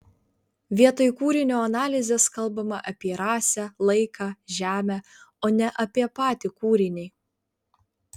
vietoj kūrinio analizės kalbama apie rasę laiką žemę o ne apie patį kūrinį